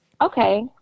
Okay